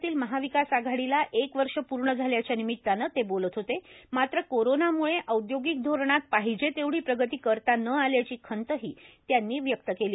राज्यातिल महाविकास आघाडीला एक वर्ष पूर्ण झाल्याच्या निमित्तानं ते बोलत होते मात्र कोरोनाम्ळे औद्योगिक धोरणात पाहिजे तेवढी प्रगति करता न आल्याची खंतही त्यांनी व्यक्त केली